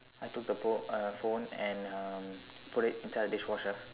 I took the phone uh phone and um put it inside the dishwasher